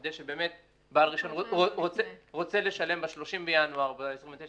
כדי שאם בעל רישיון רוצה לשלם ב-30 או ב-29 בינואר,